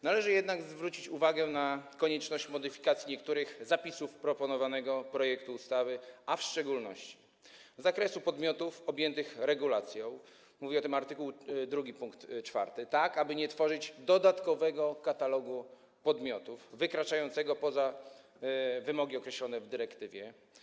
Należy jednak zwrócić uwagę na konieczność modyfikacji niektórych zapisów proponowanego projektu ustawy, a w szczególności zakresu podmiotów objętych regulacją - mówi o tym art. 2 pkt 4 - tak aby nie tworzyć dodatkowego katalogu podmiotów, wykraczającego poza wymogi określone w dyrektywie.